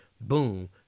boom